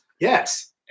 Yes